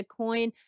Bitcoin